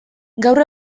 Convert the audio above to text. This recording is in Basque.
gaur